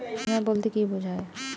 বিমা বলতে কি বোঝায়?